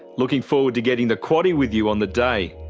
looking forward to getting the quaddie with you on the day.